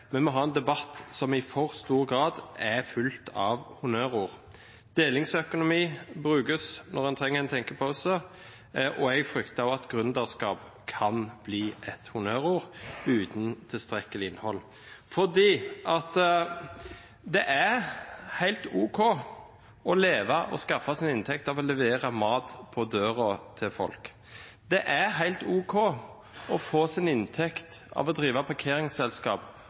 en debatt som i for stor grad er fylt av honnørord. «Delingsøkonomi» brukes når en trenger en tenkepause, og jeg frykter også at «gründerskap» kan bli et honnørord uten tilstrekkelig innhold. Fordi: Det er helt ok å leve av og skaffe seg en inntekt av å levere mat på døra til folk. Det er helt ok å få sin inntekt av å drive parkeringsselskap